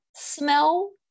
Smell